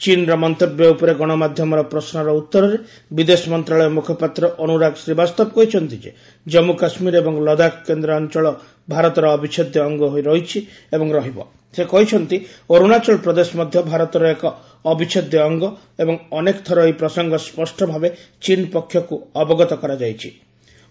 ଚୀନ୍ର ମନ୍ତବ୍ୟ ଉପରେ ଗଶମାଧ୍ୟମର ପ୍ରଶ୍କର ଉତ୍ତରରେ ବିଦେଶ ମନ୍ତ୍ରାଳୟ ମୁଖପାତ୍ର ଅନୁରାଗ ଶ୍ରୀବାସ୍ତବ କହିଛନ୍ତି ଯେ ଜାମ୍ମୁ କାଶ୍ମୀର ଏବଂ ଲଦାଖ କେନ୍ଦ୍ର ଅଞ୍ଚଳ ଭାରତର ଅବିଚ୍ଛେଦ୍ୟ ଅଙ୍ଗ ହୋଇ ରହିଛି ଏବଂ ରହିବା ସେ କହିଛନ୍ତି ଅରୁଣାଚଳ ପ୍ରଦେଶ ମଧ୍ୟ ଭାରତର ଏକ ଅବିଚ୍ଛେଦ୍ୟ ଅଙ୍ଗ ଏବଂ ଅନେକ ଥର ଏହି ପ୍ରସଙ୍ଗ ସ୍ୱଷ୍ଟ ଭାବେ ଚୀନ୍ ପକ୍ଷକୁ ଅବଗତ କରାଯାଇଛି ଜଣାଯାଇଛି